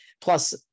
plus